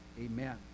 Amen